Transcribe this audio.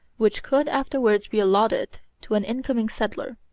which could afterwards be allotted to an incoming settler.